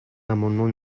l’amendement